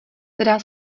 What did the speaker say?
která